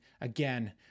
again